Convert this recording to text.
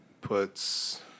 puts